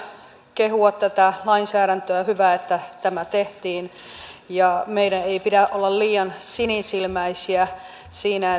kehua tätä lainsäädäntöä on hyvä että tämä tehtiin meidän ei pidä olla liian sinisilmäisiä siinä